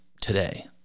today